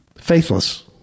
Faithless